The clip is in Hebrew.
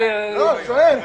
--- אני שואל.